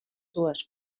dues